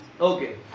Okay